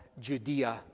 Judea